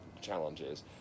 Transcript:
challenges